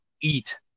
eat